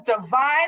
divine